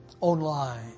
online